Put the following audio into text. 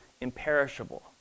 imperishable